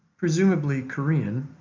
presumably korean,